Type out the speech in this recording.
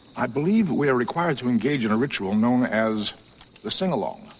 i believe we are required to engage in a ritual known as the sing-along